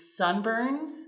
sunburns